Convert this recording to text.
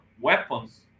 weapons